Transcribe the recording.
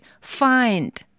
find